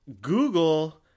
Google